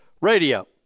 Radio